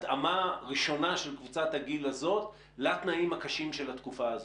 התאמה ראשונה של קבוצת הגיל הזאת לתנאים הקשים של התקופה הזאת?